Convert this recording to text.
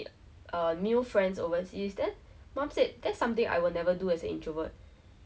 you know it's like it'll be FOMO but at the same time it's just like err I'd rather just like